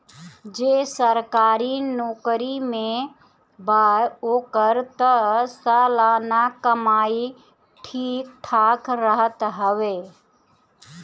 जे सरकारी नोकरी में बा ओकर तअ सलाना कमाई ठीक ठाक रहत हवे